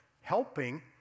Helping